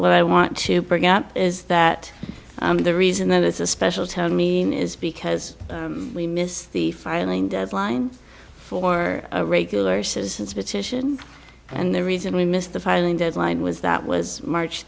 what i want to bring up is that the reason that it's a special town meeting is because we missed the filing deadline for regular citizens petition and the reason we missed the filing deadline was that was march